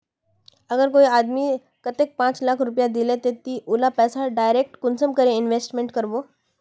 अगर कोई आदमी कतेक पाँच लाख रुपया दिले ते ती उला पैसा डायरक कुंसम करे इन्वेस्टमेंट करबो?